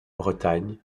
bretagne